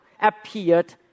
appeared